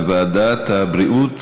לוועדת הבריאות?